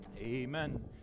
Amen